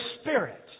Spirit